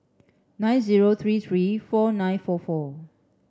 nine zero three three four nine four four